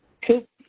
coop.